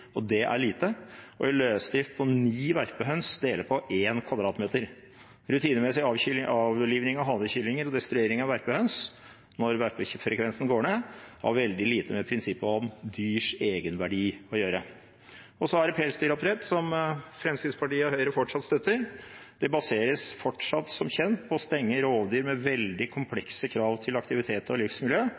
bur. Det er lite. I løsdrift deler ni verpehøns på 1 m 2 . Rutinemessig avliving av hanekyllinger og destruering av verpehøns når verpefrekvensen går ned, har veldig lite med prinsippet om dyrs egenverdi å gjøre. Så er det pelsdyroppdrett, som Fremskrittspartiet og Høyre fortsatt støtter. Det baseres fortsatt som kjent på å stenge rovdyr med veldig komplekse krav til aktivitet og livsmiljø